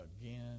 again